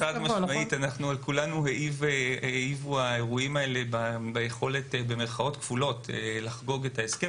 חד משמעית על כולנו העיבו האירועים האלה ביכולת "לחגוג" את ההסכם.